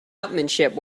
upmanship